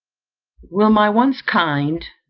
will my once kind,